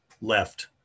left